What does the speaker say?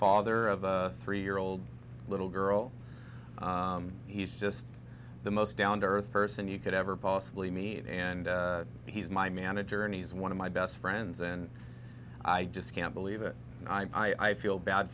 father of a three year old little girl he's just the most down to earth person you could ever possibly meet and he's my manager and he's one of my best friends and i just can't believe it and i feel bad